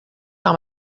par